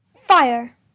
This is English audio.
Fire